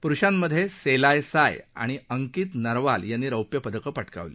प्रुषांमधे सेलायसाय आणि अंकीत नरवाल यांनी रौप्य पदकं पटकावली